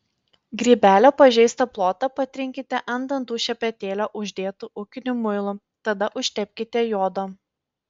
grybelio pažeistą plotą patrinkite ant dantų šepetėlio uždėtu ūkiniu muilu tada užtepkite jodo